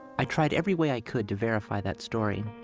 i tried every way i could to verify that story.